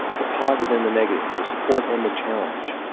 the positive and the negative, the support and the challenge,